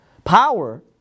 power